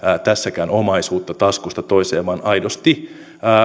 tässäkään omaisuutta taskusta toiseen vaan aidosti